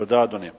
תודה, אדוני.